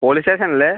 police station അല്ലേ